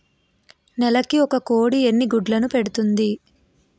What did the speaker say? నెలకి ఒక కోడి ఎన్ని గుడ్లను పెడుతుంది?